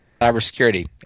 cybersecurity